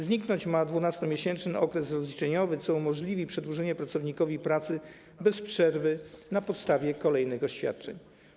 Zniknąć ma 12-miesięczny okres rozliczeniowy, co umożliwi przedłużenie pracownikowi pracy bez przerwy na podstawie kolejnych oświadczeń.